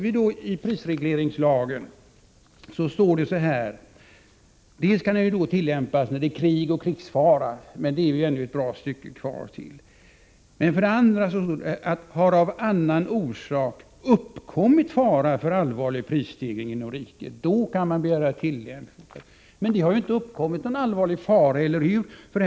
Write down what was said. I prisregleringslagen står det att den skall tillämpas när det är krig och krigsfara. Det har vi ännu ett bra stycke kvar till. Men sedan står att ”har av annan orsak uppkommit fara för allvarlig prisstegring inom riket” kan man begära tillämpning. Men det har ju inte uppkommit en allvarlig fara, eller hur?